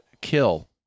Kill